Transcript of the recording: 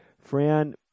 Fran